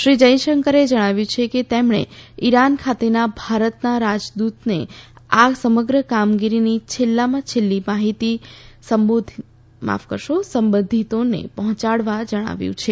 શ્રી જયશંકરે જણાવ્યું છે કે તેમણે ઇરાન ખાતેના ભારતના રાજદૂતને આ સમગ્ર કામગીરીની છેલ્લાં છેલ્લી માહિતી સંબંધિતોને પર્હોચાડવા જણાવ્યું છે